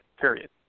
period